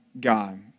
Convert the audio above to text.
God